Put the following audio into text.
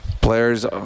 Players